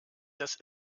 das